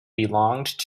belonged